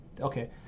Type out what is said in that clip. Okay